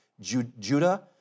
Judah